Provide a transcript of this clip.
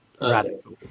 radical